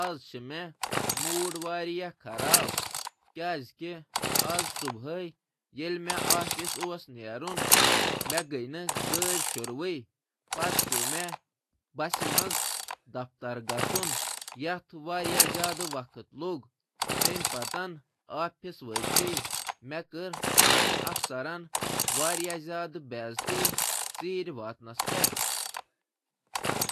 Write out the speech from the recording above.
آز پریشان ، مےٚ گوٚو دفتر واتنس ژیٖر، میٲنۍ کار ہیٚچ نہٕ شروٗع کٔرِتھ۔ پتہٕ آو بہٕ أکِس بسہِ منٛز۔ اتھ لوٚگ وقت تہٕ مےٚ گوٚو ژیٖر، تہٕ میون باس کوٚر مےٚ ڈانٹ۔